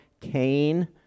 Cain